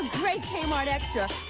great kmart extra.